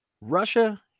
Russia